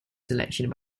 selection